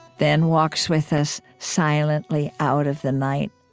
then walks with us silently out of the night.